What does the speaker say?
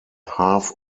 half